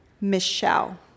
Michelle